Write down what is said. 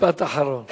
משפט אחרון.